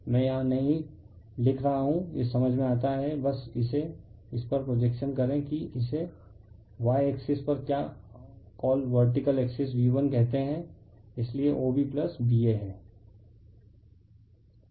मैं यहाँ नहीं लिख रहा हूँ यह समझ में आता है बस इसे इस पर प्रोजेक्शन करें कि इस y एक्सिस पर क्या कॉल वर्टिकल एक्सिस V1 कहते हैं इसलिए OB BA हैं